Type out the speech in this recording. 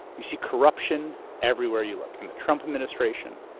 you see corruption everywhere you look in the trump administration.